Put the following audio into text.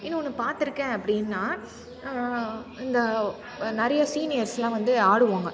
இன்னொன்று பார்த்திருக்கேன் அப்படின்னா இந்த நிறைய சீனியர்ஸ்லாம் வந்து ஆடுவாங்க